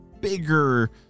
bigger